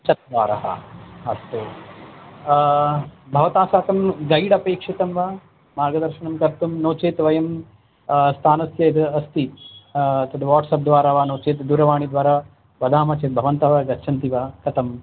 चत्वारः अस्तु भवता साकं गैड् अपेक्षितं वा मार्गदर्शनं कर्तुं नो चेत् वयं स्थानस्य यद् अस्ति तद् वाट्सप् द्वारा वा नो चेत् दूरवाणी द्वारा वदामः चेत् भवन्तः गच्छन्ति वा कथं